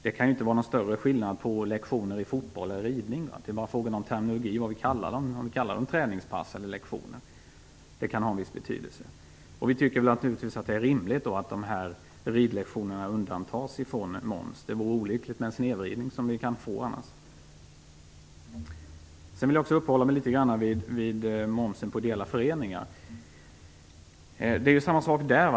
Det kan inte vara någon större skillnad på lektioner i fotboll eller ridning. Det är bara frågan om terminologi - om vi kallar den träningspass eller lektioner. Det kan ha en viss betydelse. Vi tycker givetvis att det är rimligt att ridlektionerna undantas från moms. Det vore olyckligt med den snedvridning som vi annars kan få. Sedan vill jag också uppehålla mig litet grand vid momsen på ideella föreningar. Det är samma sak där.